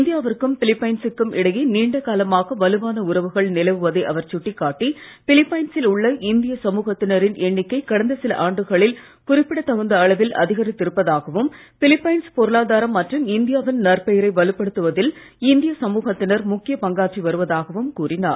இந்தியாவிற்கும் பிலிப்பைன்சுக்கும் இடையே நீண்ட காலமாக வலுவான உறவுகள் நிலவுவதை அவர் சுட்டிக்காட்டி பிலிப்பைன்சில் உள்ள இந்திய சமூகத்தினரின் எண்ணிக்கை கடந்த சில ஆண்டுகளில் குறிப்பிடத் தகுந்த அளவில் அதிகரித்து இருப்பதாகவும் பிலிப்பைன்ஸ் பொருளாதாரம் இந்தியாவின் நற்பெயரை வலுப்படுத்துவதில் இந்திய மற்றும் சமூகத்தினர் முக்கிய பங்காற்றி வருவதாகவும் கூறினார்